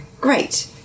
Great